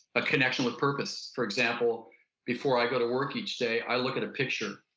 a connection with purpose. for example before i go to work each day i look at a picture.